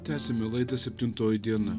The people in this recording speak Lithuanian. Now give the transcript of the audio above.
tęsiame laidą septintoji diena